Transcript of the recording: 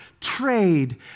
trade